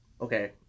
Okay